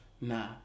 nah